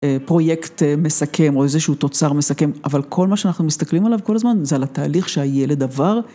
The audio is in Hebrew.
פרויקט מסכם או איזשהו תוצר מסכם, אבל כל מה שאנחנו מסתכלים עליו כל הזמן זה על התהליך שהילד עבר,